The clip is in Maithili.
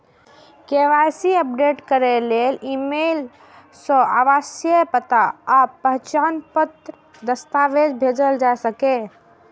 के.वाई.सी अपडेट करै लेल ईमेल सं आवासीय पता आ पहचान पत्रक दस्तावेज भेजल जा सकैए